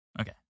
Okay